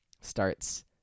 starts